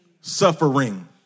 Suffering